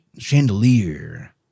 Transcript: chandelier